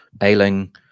ailing